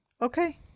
Okay